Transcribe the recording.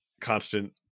constant